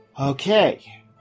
Okay